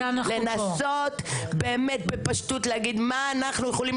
לנסות באמת בפשטות להגיד מה אנחנו יכולים